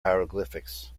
hieroglyphics